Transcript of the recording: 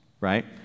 Right